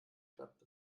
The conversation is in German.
klappte